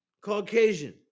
Caucasian